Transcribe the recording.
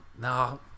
no